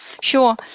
Sure